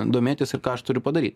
domėtis ir ką aš turiu padaryt